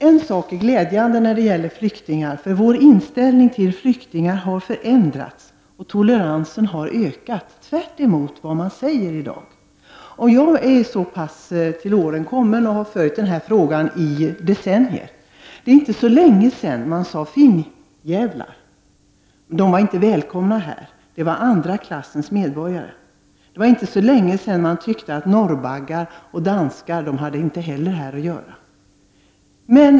En sak är glädjande när det gäller flyktingar. Vår inställning till flyktingar har förändrats och toleransen har ökat, tvärtemot vad man säger i dag. Jag är så pass till åren kommen att jag har kunnat följa denna fråga i decennier. Det är inte så länge sedan som man talade om finnjävlar. De var inte välkomna hit. De var andra klassens medborgare. Det var inte så länge sedan man tyckte att ”norrbaggar” och danskar inte heller hade här att göra.